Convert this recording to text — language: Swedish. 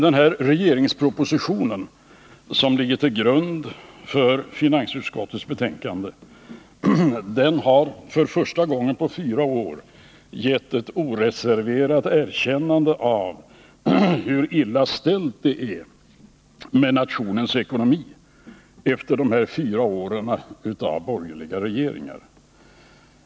Den regeringsproposition som ligger till grund för finansutskottets betänkande har för första gången på fyra år gett ett oreserverat erkännande av hur illa ställt det är med nationens ekonomi efter dessa fyra år av borgerliga regeringar.